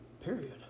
period